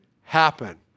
happen